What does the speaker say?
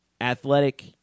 athletic